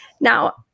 Now